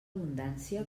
abundància